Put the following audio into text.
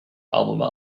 alma